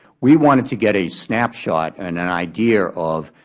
we wanted to get a snapshot and an idea of